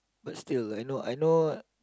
but still like you know I know